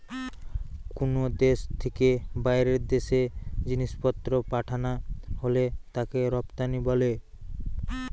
কুনো দেশ থিকে বাইরের দেশে জিনিসপত্র পাঠানা হলে তাকে রপ্তানি বলে